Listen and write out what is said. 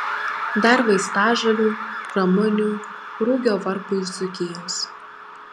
dar vaistažolių ramunių rugio varpų iš dzūkijos